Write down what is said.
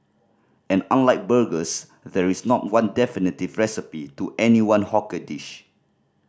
and unlike burgers there is not one definitive recipe to any one hawker dish